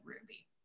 Ruby